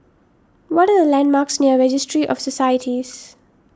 what are the landmarks near Registry of Societies